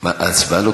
במליאה.